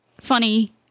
funny